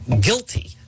guilty